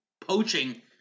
Poaching